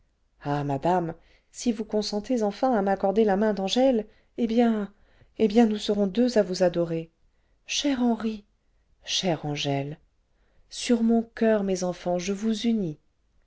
ah madame si vous consentez enfin à m'accorder la main d'angèle eh bien eh bien nous serons deux à vous adorer ce cher henri ce chère angèle ce sur mon coeur mes enfants je vous unis